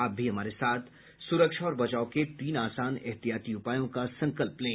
आप भी हमारे साथ सुरक्षा और बचाव के तीन आसान एहतियाती उपायों का संकल्प लें